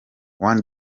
one